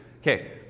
Okay